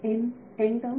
विद्यार्थी N term